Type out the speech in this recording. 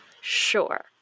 Sure